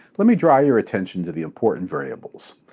let me draw your attention to the important variables.